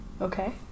Okay